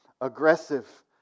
aggressive